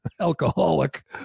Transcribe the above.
alcoholic